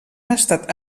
estat